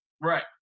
right